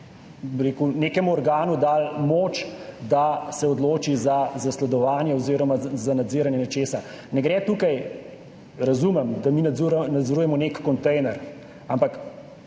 nekemu organu dali moč, da se odloči za zasledovanje oziroma za nadziranje nečesa. Razumem, da mi nadzorujemo nek kontejner, ampak